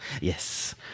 Yes